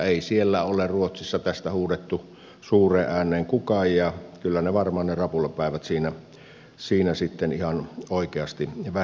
ei siellä ruotsissa ole tästä huutanut suureen ääneen kukaan ja kyllä ne krapulapäivät varmaan siinä sitten ihan oikeasti vähenisivät